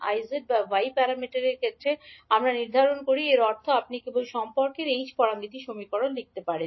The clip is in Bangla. z বা y প্যারামিটারের ক্ষেত্রে আমরা নির্ধারণ করি এর অর্থ আপনি কেবল সম্পর্কের h প্যারামিটার সমীকরণ লিখতে পারেন